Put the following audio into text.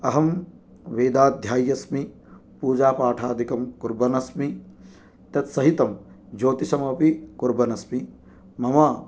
अहं वेदाध्याय्यस्मि पूजापाठादिकं कुर्वन्नस्मि तत्सहितं ज्योतिषमपि कुर्वन्नस्मि मम